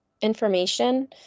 information